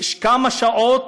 כמה שעות,